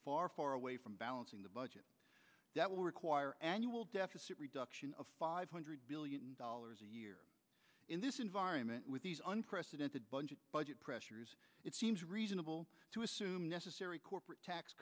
far far away from balancing the budget that will require annual deficit reduction of five hundred billion dollars a year in this environment with these unprecedented budget budget pressures it seems reasonable to assume necessary corporate tax